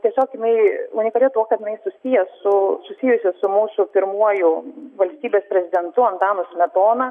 tiesiog inai unikali tuo kad inai susiję su susijusi su mūsų pirmuoju valstybės rezidentu antanu smetona